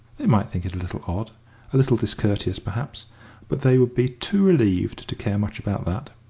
they might think it a little odd a little discourteous, perhaps but they would be too relieved to care much about that.